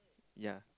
ya